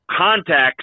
contacts